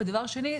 דבר שני,